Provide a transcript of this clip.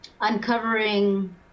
uncovering